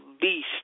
beast